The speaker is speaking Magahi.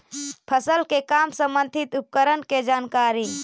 फसल के काम संबंधित उपकरण के जानकारी?